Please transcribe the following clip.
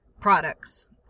Products